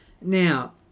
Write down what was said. Now